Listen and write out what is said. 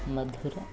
मधुरम्